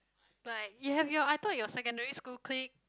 like you have you I thought you have your secondary school click